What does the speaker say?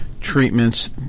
treatments